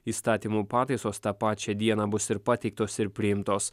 įstatymų pataisos tą pačią dieną bus ir pateiktos ir priimtos